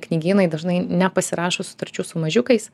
knygynai dažnai nepasirašo sutarčių su mažiukais